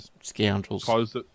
scoundrels